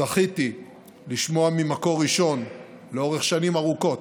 זכיתי לשמוע ממקור ראשון, לאורך שנים ארוכות,